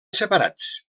separats